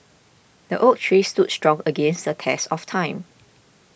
the oak tree stood strong against the test of time